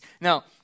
Now